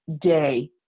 day